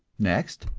next,